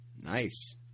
Nice